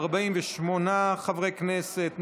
48 חברי כנסת,